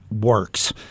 works